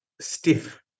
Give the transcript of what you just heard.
stiff